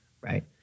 right